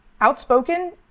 outspoken